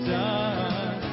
done